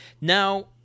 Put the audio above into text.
Now